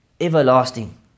everlasting